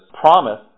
promise